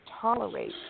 tolerate